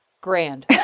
grand